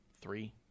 three